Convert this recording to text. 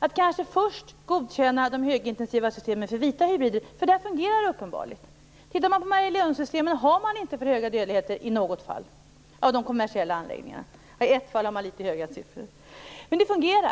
Man kanske först skall godkänna de högintensiva systemen för vita hybrider. Där fungerar det uppenbarligen. Vad gäller Marielundsystemen är det inte för hög dödlighet i de kommersiella anläggningarna. I ett fall har man litet högre siffror, men det fungerar.